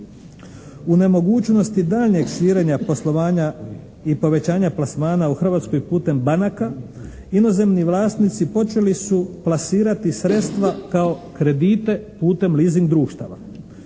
U nemogućnosti daljnjeg širenja poslovanja i povećanja plasmana u Hrvatskoj putem banaka, inozemni vlasnici počeli su plasirati sredstva kao kredite putem leasing društava.